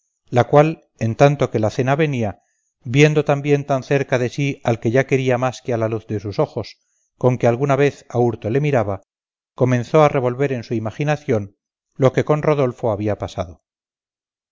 la cual en tanto que la cena venía viendo también tan cerca de sí al que ya quería más que a la luz de los ojos con que alguna vez a hurto le miraba comenzó a revolver en su imaginación lo que con rodolfo había pasado